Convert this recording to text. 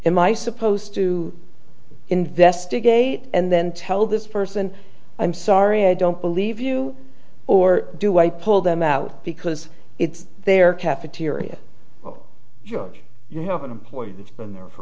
my supposed to investigate and then tell this person i'm sorry i don't believe you or do i pull them out because it's their cafeteria judge you have an employee that's been there for